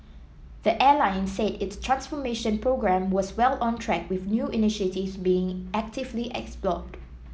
the airline said its transformation programme was well on track with new initiatives being actively explored